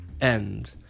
end